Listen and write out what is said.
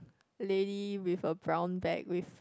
lady with a brown bag with